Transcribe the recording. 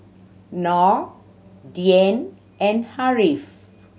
Nor Dian and Ariff